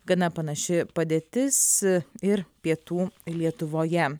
gana panaši padėtis ir pietų lietuvoje